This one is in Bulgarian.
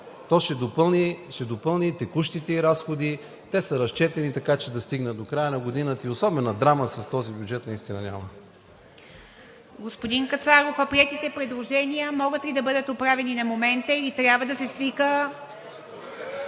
То ще допълни текущите ѝ разходи. Те са разчетени така, че да стигнат до края на годината и особена драма с този бюджет наистина няма.